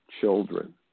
children